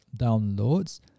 downloads